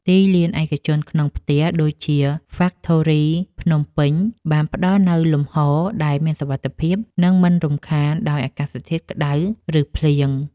ទីលានឯកជនក្នុងផ្ទះ ដូចជា ហ្វាក់ថូរី ភ្នំពេញ បានផ្ដល់នូវលំហដែលមានសុវត្ថិភាព និងមិនរំខានដោយអាកាសធាតុក្ដៅ ឬភ្លៀង។